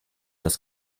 das